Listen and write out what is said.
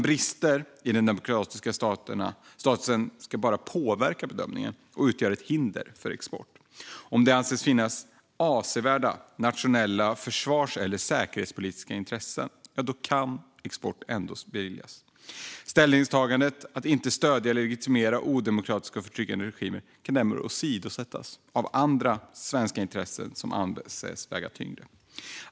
Brister i den demokratiska statusen ska bara påverka bedömningen och utgöra hinder för export. Om det sedan anses finnas avsevärda nationella försvars eller säkerhetspolitiska intressen kan export ändå beviljas. Ställningstagandet att inte stödja och legitimera odemokratiska och förtryckande regimer kan därmed åsidosättas om andra svenska intressen anses väga tyngre.